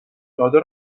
داده